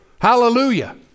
Hallelujah